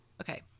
Okay